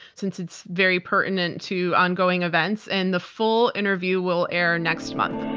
since it's very pertinent to ongoing events, and the full interview will air next month.